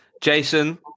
Jason